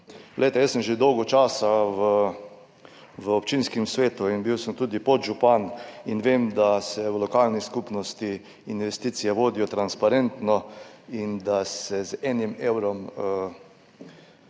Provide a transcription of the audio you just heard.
Jaz sem že dolgo časa v občinskem svetu, bil sem tudi podžupan in vem, da se v lokalni skupnosti investicije vodijo transparentno in da se z enim evrom več